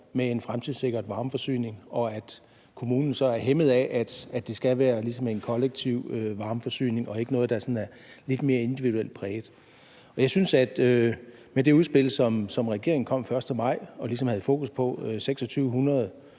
markedsaktører ikke løser, og hvor kommunerne er hæmmet af, at det skal være en kollektiv varmeforsyning og ikke noget, der er lidt mere individuelt præget. Det udspil, som regeringen kom med den 1. maj med fokus på 2.600